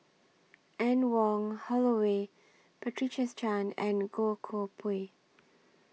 Anne Wong Holloway Patricia Chan and Goh Koh Pui